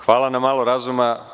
Hvala na malo razuma.